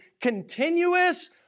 continuous